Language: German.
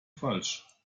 falsch